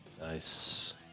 Nice